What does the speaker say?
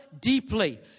deeply